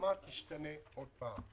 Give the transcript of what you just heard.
שהמגמה תשתנה שוב.